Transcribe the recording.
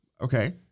okay